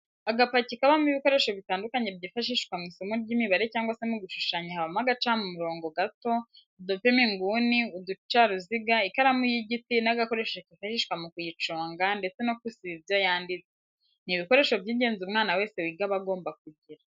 Agapaki kabamo ibikoresho bitandukanye byifashishwa mU isomo ry'imibare cyangwa se mu gushushanya habamo agacamurobo gato, udupima inguni, uducaruziga ,ikaramu y'igiti n'agakoresho kifashishwa mu kuyiconga ndetse n'ako gusiba ibyo yanditse, ni ibikoresho by'ingenzi umwana wese wiga aba agomba kugira.